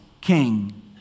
king